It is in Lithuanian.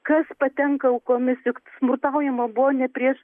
kas patenka aukomis ir smurtaujama buvo ne prieš